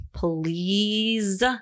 please